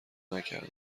نکردم